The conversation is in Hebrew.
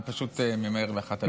אני פשוט ממהר לאחת ההלוויות.